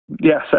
Yes